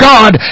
God